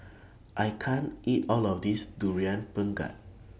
I can't eat All of This Durian Pengat